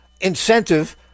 incentive